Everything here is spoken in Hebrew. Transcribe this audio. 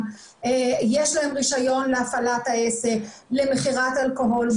האם יש להם רישיון להפעלת העסק ולמכירת אלכוהול.